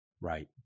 Right